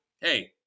hey